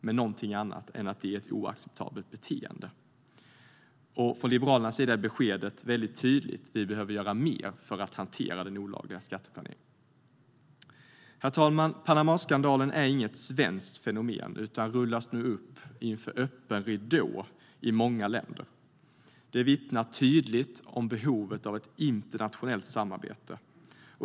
Det är ingenting annat än ett oacceptabelt beteende. Från Liberalernas sida är beskedet tydligt: Vi behöver göra mer för att hantera den olagliga skatteplaneringen. Herr talman! Panamaskandalen är inget svenskt fenomen, utan den rullas nu upp inför öppen ridå i många länder. Det vittnar tydligt om behovet av ett internationellt samarbete.